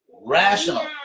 rational